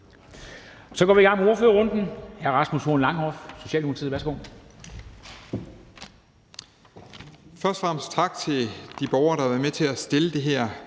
Så går vi i gang med ordførerrunden. Hr. Rasmus Horn Langhoff, Socialdemokratiet. Værsgo. Kl. 10:39 (Ordfører) Rasmus Horn Langhoff (S): Først og fremmest tak til de borgere, der har været med til at stille det her